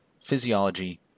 physiology